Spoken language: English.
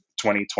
2020